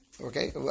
okay